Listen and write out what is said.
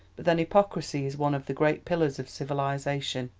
but then hypocrisy is one of the great pillars of civilization,